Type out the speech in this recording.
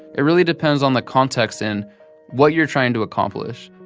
it really depends on the context and what you're trying to accomplish.